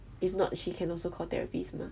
if not she can also call therapists mah